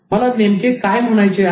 मला नेमके काय म्हणायचे आहे